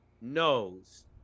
knows